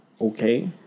okay